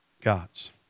gods